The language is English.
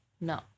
No